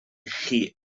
chi